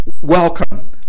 welcome